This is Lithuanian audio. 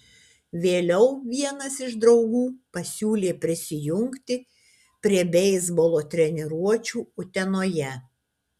vėliau vienas iš draugų pasiūlė prisijungti prie beisbolo treniruočių utenoje